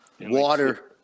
water